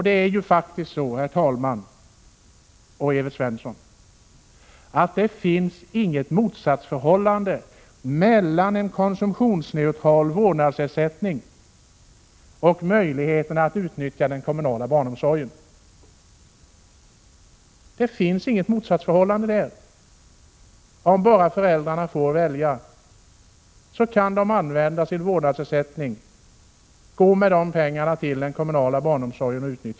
Det finns, Evert Svensson, inget motsatsförhållande mellan en konsumtionsneutral vårdnadsersättning och möjligheterna att utnyttja den kommunala barnomsorgen. Om föräldrarna bara får välja kan de använda sin vårdnadsersättning till att utnyttja den kommunala barnomsorgen.